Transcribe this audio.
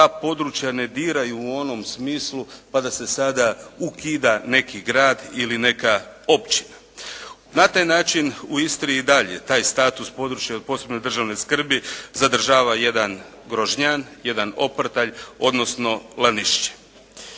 ta područja ne diraju u onom smislu, pa da se sada ukida neki grad ili neka općina. Na taj način u Istri i dalje taj status područja od posebne državne skrbi zadržava jedan Grožnjan, jedan Oprtalj, odnosno Lanišće.